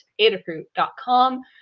adafruit.com